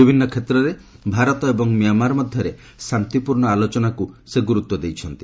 ବିଭିନ୍ନ କ୍ଷେତ୍ରରେ ଭାରତ ଏବଂ ମିଆଁମାର ମଧ୍ୟରେ ଶାନ୍ତିପୂର୍ଣ୍ଣ ଆଲୋଚନାକୁ ସେ ଗୁରୁତ୍ୱ ଦେଇଛନ୍ତି